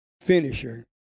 finisher